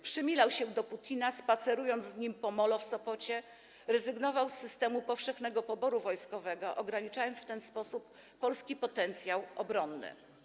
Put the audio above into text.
Przymilał się do Putina, spacerując z nim po molo w Sopocie, rezygnował z systemu powszechnego poboru wojskowego, ograniczając w ten sposób polski potencjał obronny.